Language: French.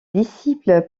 disciples